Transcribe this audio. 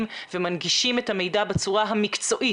ומנגישים את המידע בצורה המקצועית,